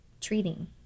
treating